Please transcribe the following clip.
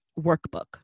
workbook